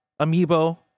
Amiibo